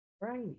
right